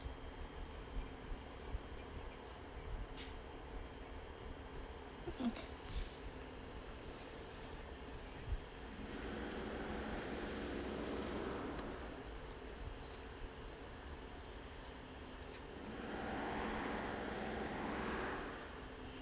okay